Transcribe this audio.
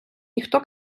ніхто